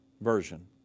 version